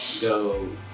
go